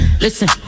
Listen